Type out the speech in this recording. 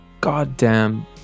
goddamn